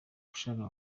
ushaka